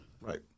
Right